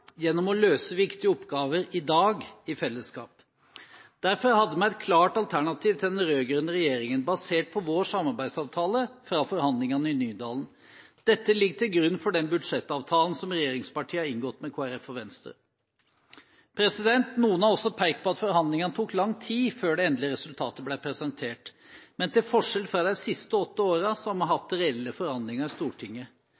gjennom å løse viktige oppgaver i dag i fellesskap. Derfor hadde vi et klart alternativ til den rød-grønne regjeringen, basert på vår samarbeidsavtale fra forhandlingene i Nydalen. Dette ligger til grunn for den budsjettavtalen som regjeringspartiene har inngått med Kristelig Folkeparti og Venstre. Noen har også pekt på at forhandlingene tok lang tid før det endelige resultatet ble presentert. Men til forskjell fra de siste åtte årene har vi